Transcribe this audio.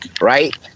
right